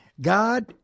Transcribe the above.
God